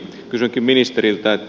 kysynkin ministeriltä